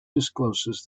discloses